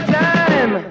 time